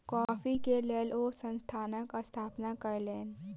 coffee के लेल ओ संस्थानक स्थापना कयलैन